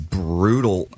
brutal